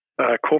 corporate